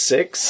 Six